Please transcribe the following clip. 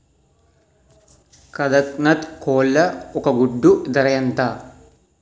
కదక్నత్ కోళ్ల ఒక గుడ్డు ధర ఎంత?